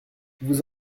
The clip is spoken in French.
vous